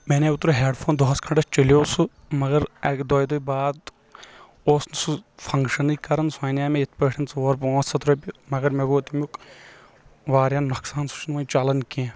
مےٚ اَنیاو اوترٕ ہیٚڈ فون دۄہس کھنٛڈس چلیو سُہ مگر اَکہِ دۄیہِ دوٚہۍ باد اوس نہٕ سُہ فنکشنے کران سُہ اَنیاو مےٚ یِتھ پأٹھۍ ژور پانٛژھ ہَتھ رۄپیہِ مگر مےٚ گوٚو تٔمیُک واریاہ نۄقصان سُہ چھُنہٕ وۄنۍ چلان کیٚنٛہہ